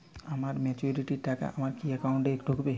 আমার ম্যাচুরিটির টাকা আমার কি অ্যাকাউন্ট এই ঢুকবে?